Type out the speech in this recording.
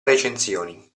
recensioni